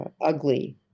ugly